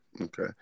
okay